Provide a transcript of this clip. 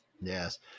Yes